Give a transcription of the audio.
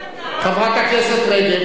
חברת הכנסת רגב.